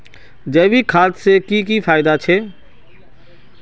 जैविक खाद से की की फायदा छे?